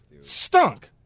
stunk